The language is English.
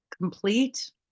complete